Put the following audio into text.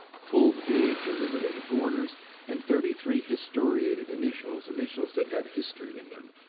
full page illuminated borders and thirty three historiated initials, initials that have history in them.